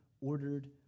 ordered